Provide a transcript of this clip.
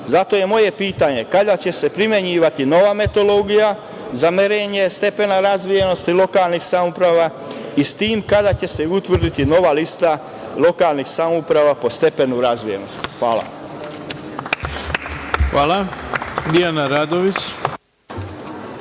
Zato je moje pitanje, kada će se primenjivati nova metodologija za merenje stepena razvijenosti lokalnih samouprava i kada će se utvrditi nova lista lokalnih samouprava po stepenu razvijenosti? Hvala vam. **Ivica Dačić**